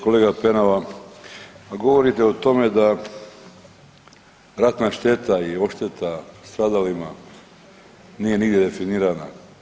Kolega Penava, govorite o tome da ratna šteta i odšteta stradalima nije nigdje definirana.